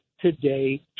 today